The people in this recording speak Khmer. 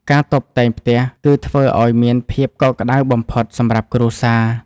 ការតុបតែងផ្ទះ គឺធ្វើឱ្យមានភាពកក់ក្ដៅបំផុតសម្រាប់គ្រួសារ។